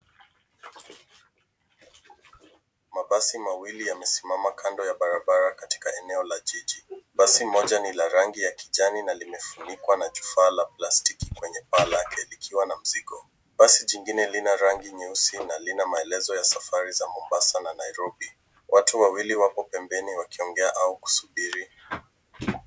Mabasi mawili yamesimama kando ya barabara katika eneo la jiji. Basi moja ni la rangi ya kijani na limefunikwa na kifaa la plastiki kwenye paa lake likiwa na mzigo. Basi jingine lina rangi nyeusi na lina maelezo ya safari za Mombasa na Nairobi. Watu wawili wapo pembeni wakiongea au kusubiri.